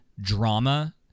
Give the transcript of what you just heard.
drama